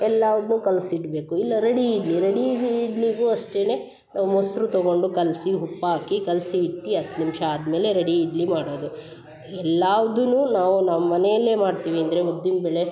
ಎಲ್ಲಾವ್ದನ್ನೂ ಕಲ್ಸಿ ಇಡಬೇಕು ಇಲ್ಲ ರೆಡಿ ಇಡ್ಲಿ ರೆಡೀ ಇಡ್ಲಿಗು ಅಷ್ಟೇನೆ ಮೊಸರು ತಗೊಂಡು ಕಲಿಸಿ ಉಪ್ಪು ಹಾಕಿ ಕಲಿಸಿ ಇಟ್ಟು ಹತ್ತು ನಿಮ್ಷ ಆದ ಮೇಲೆ ರೆಡಿ ಇಡ್ಲಿ ಮಾಡೋದು ಎಲ್ಲಾವುದನ್ನು ನಾವು ನಮ್ಮ ಮನೆಯಲ್ಲೆ ಮಾಡ್ತೀವಿ ಅಂದರೆ ಉದ್ದಿನ ಬೇಳೆ